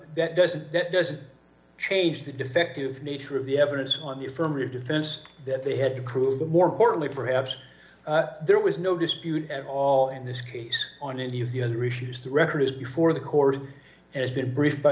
that doesn't that doesn't change the defective nature of the evidence on the affirmative defense that they had accrued more importantly perhaps there was no dispute at all in this case on any of the other issues the record is before the court and has been briefed by